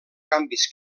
canvis